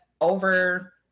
over